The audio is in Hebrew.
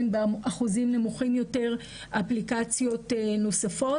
באחוזים נמוכים יותר אפליקציות נוספות.